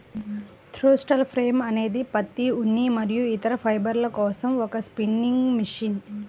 throstle frame అనేది పత్తి, ఉన్ని మరియు ఇతర ఫైబర్ల కోసం ఒక స్పిన్నింగ్ మెషిన్